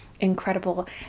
Incredible